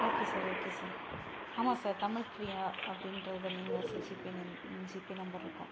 okay sir okay sir ஆமாம் sir Tamil Priya அப்படின்றது name GPay name GPay number இருக்கும்